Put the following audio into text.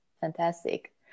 Fantastic